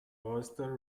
oyster